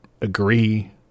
agree